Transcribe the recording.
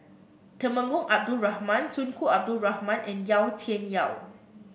Temenggong Abdul Rahman Tunku Abdul Rahman and Yau Tian Yau